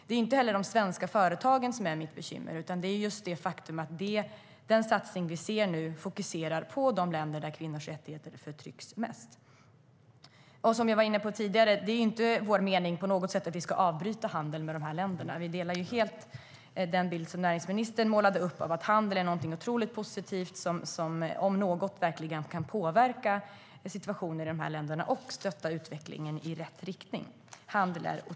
Det är inte de svenska företagen som är mitt bekymmer utan det faktum att den satsning vi ser fokuserar på de länder där kvinnors rättigheter kränks mest. Det är inte vår mening att Sverige ska avbryta handeln med dessa länder. Vi delar helt näringsministerns bild att handel är något mycket positivt och viktigt som verkligen kan påverka situationen i dessa länder och stötta utvecklingen i rätt riktning.